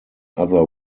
other